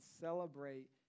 celebrate